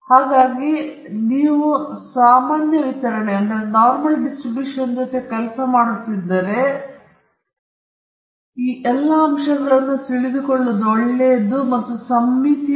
ನಾವು ಸಾಮಾನ್ಯ ವಿತರಣೆಯೊಂದಿಗೆ ಕೆಲಸ ಮಾಡುತ್ತಿದ್ದರೆ ಇದು ಉತ್ತಮವಾದದ್ದು ಏಕೆಂದರೆ ಅದು ಒಳ್ಳೆಯದು ಮತ್ತು ಸಮ್ಮಿತೀಯವಾಗಿದೆ ಮತ್ತು ಮಧ್ಯಮವು ಮಧ್ಯಕ್ಕೆ ಸಮನಾಗಿರುವುದು ಮೋಡ್ಗೆ ಸಮನಾಗಿರುತ್ತದೆ ಎಂದು ನೀವು ತೋರಿಸಬಹುದು ಮತ್ತು ನಂತರ ಸಾಮಾನ್ಯ ವಿತರಣೆಯ ಗುಣಲಕ್ಷಣಗಳು ಚೆನ್ನಾಗಿ ಅರ್ಥೈಸಿಕೊಳ್ಳುತ್ತವೆ ಮತ್ತು ಬಹಳ ಕೆಲಸ ಮಾಡಲು ಸೊಗಸಾದ